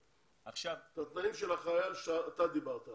את התנאים של החייל שאתה דיברת עליו.